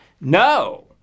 No